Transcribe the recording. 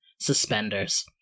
suspenders